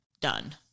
done